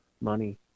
money